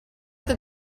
that